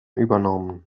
übernommen